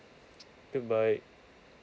goodbye